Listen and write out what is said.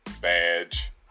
badge